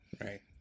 Right